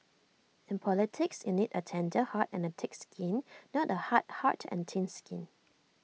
in politics you need A tender heart and A thick skin not A hard heart and thin skin